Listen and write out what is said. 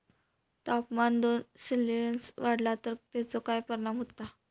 तापमान दोन सेल्सिअस वाढला तर तेचो काय परिणाम होता?